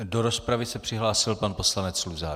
Do rozpravy se přihlásil pan poslanec Luzar.